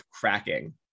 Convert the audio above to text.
cracking